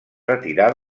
retirà